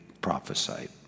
prophesied